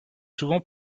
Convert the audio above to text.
souvent